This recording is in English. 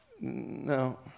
No